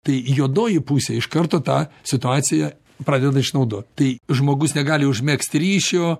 tai juodoji pusė iš karto tą situaciją pradeda išnaudot tai žmogus negali užmegzt ryšio